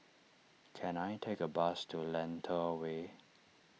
can I take a bus to Lentor Way